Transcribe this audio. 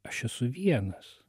aš esu vienas